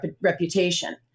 reputation